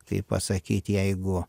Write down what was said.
kaip pasakyt jeigu